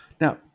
Now